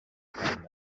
found